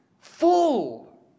full